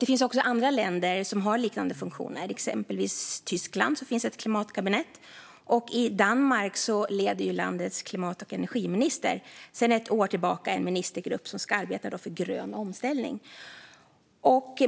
Det finns även andra länder som har liknande funktioner; i exempelvis Tyskland finns ett klimatkabinett, och i Danmark leder landets klimat och energiminister sedan ett år tillbaka en ministergrupp som ska arbeta för grön omställning.